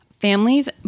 families